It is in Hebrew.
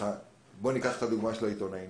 בוא ניקח את הדוגמא של העיתונאי.